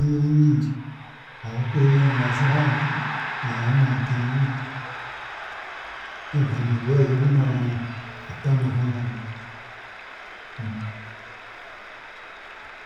Endimi nyingi ahabw'okuba yanaaza ahandi, naaba naayetenga ngu orurimi rwayo abe naarumanya bataamuvunuurira.